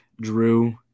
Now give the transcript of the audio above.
Drew